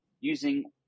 using